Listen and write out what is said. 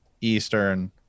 Eastern